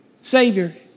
Savior